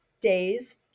days